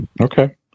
Okay